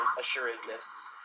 assuredness